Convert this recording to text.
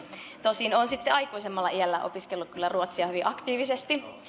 tosin olen sitten aikuisemmalla iällä opiskellut kyllä ruotsia hyvin aktiivisesti